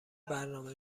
برنامه